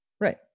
right